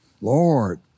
Lord